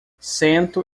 cento